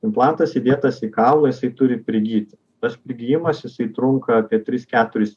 implantas įdėtas į kaulą jisai turi prigyt tas prigijimas jisai trunka apie tris keturis